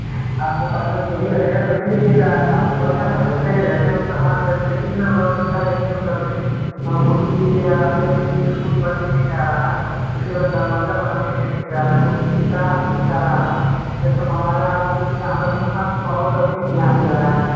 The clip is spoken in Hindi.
आपको पसंद खुद ही लगेगा तो ले लीजिएगा आपको बढ़िया पसंद लगेगा क्योंकि हमारे मार्केटिंग में वर्क अच्छा है यही सब लकड़ी और कुर्सी के लिए जा रहा है मेज़ के लिए स्कूल में बनने के लिए जा रहा है इसके बाद दरवाज़ा बनाने के लिए लेके जा रहे हैं शीशा जा रहा है ये सब हमारे यहाँ स्कूल से हमरे ही दुकान से बहुत अधिक माल जा रहा है